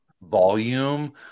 volume